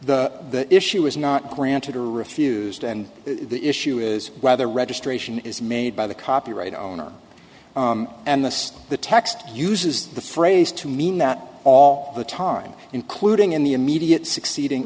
the issue is not granted or refused and the issue is whether registration is made by the copyright owner and this the text uses the phrase to mean that all the time including in the immediate succeeding